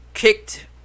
kicked